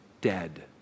dead